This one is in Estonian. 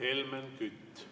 Helmen Kütt.